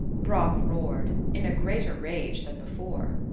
brock roared, in a greater rage than before.